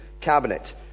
cabinet